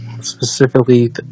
specifically